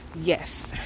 yes